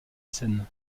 scène